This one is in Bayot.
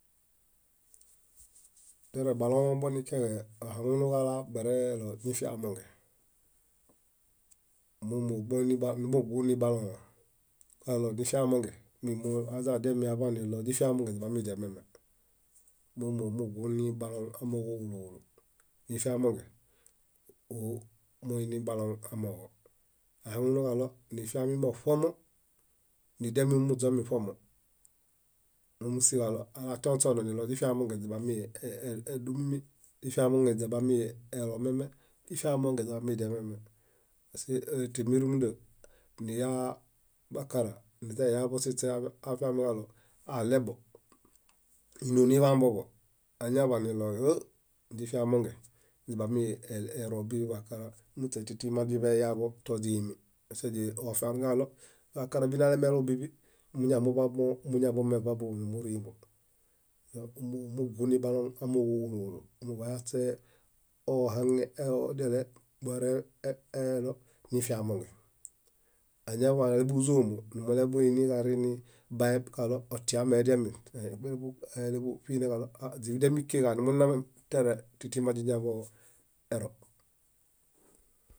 . Tere balõwa bonikeġe ahaŋunuġala bareɭo nifiamonge. Mómo buini bugũ nibalõwa, kaɭo źifiamonge mímo aźadiamĩaḃaniɭo źifiamonge źibamidiameme. Mómo mugũ nibaloŋ amooġo úlu úlu. Nifiamonge, óo, moinibaloŋ amooġo. Ahaŋunuġaɭo nifiamimoṗomo, nidiamin muźomiṗomo. Mómusiġaɭo atianośona źibami e- e- édumimi, źifiamonge źibamielomeme, źifiamonge źibamidiameme. Paske tímirumunda, niyabakara, niźaniyaḃo śiśe afiamiġaɭo aaɭebo, ínoo niḃamboḃo, añaḃaniɭo hũ źifamonge źibami e- e- ero bíḃiḃakara muśe tĩtima źiḃaiyaḃo toźiimi paske źi- ofiarungẽġaɭo biḃakara minalemelobiḃi, muñamuḃabo muñameḃabo numurimbo. É- mugũ niḃaloŋ amooġo úlu úlu. Muḃayaśe ohaŋeelodele bareɭo nifiamonge. Áñaḃaleḃuzomo, numuleḃuiniġarini baeb kaɭo otia ameediamin, áileḃuṗiineġaɭo źimidemikiġaa numunameme, tere tĩtiman źiñaboo ero.